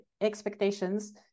expectations